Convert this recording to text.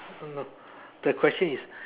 (uh huh) the question is